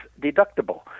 deductible